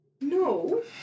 No